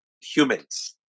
humans